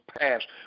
passed